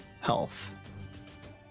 health